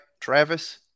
travis